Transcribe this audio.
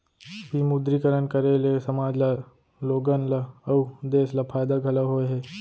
विमुद्रीकरन करे ले समाज ल लोगन ल अउ देस ल फायदा घलौ होय हे